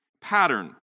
pattern